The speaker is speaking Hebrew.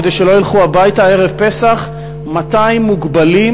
כדי שלא ילכו הביתה ערב פסח 200 מוגבלים,